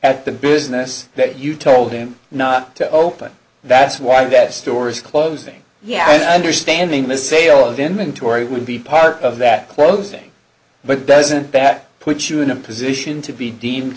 at the business that you told him not to open that's why that store's closing yeah understanding the sale of inventory would be part of that closing but doesn't that put you in a position to be deemed